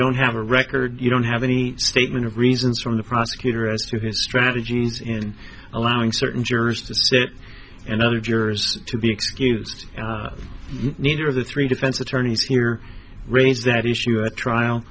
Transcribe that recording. don't have a record you don't have any statement of reasons from the prosecutor as to the strategies in allowing certain jurors to sit and other jurors to be excused neither of the three defense attorneys here raised that issue at trial